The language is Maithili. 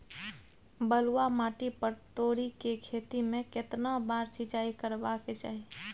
बलुआ माटी पर तोरी के खेती में केतना बार सिंचाई करबा के चाही?